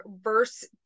verse